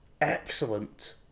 excellent